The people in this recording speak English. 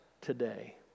today